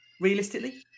realistically